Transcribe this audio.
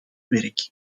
werk